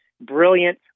brilliant